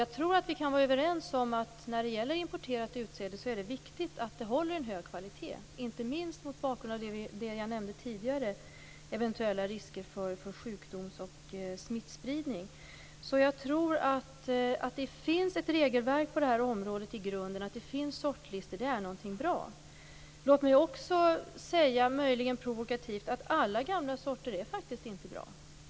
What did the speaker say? Jag tror att vi kan vara överens om att det är viktigt att det importerade utsädet håller en hög kvalitet, inte minst mot bakgrund av det jag nämnde tidigare, nämligen eventuella risker för sjukdoms och smittspridning. Att det finns ett regelverk i grunden och sortlistor är någonting bra. Låt mig också möjligen provokativt säga att alla gamla sorter faktiskt inte är bra.